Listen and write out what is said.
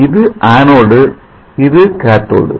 இது anode Anode இது cathode Cathode